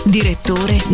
Direttore